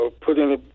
putting